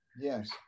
Yes